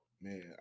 man